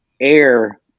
air